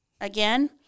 again